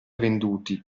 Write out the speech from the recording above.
venduti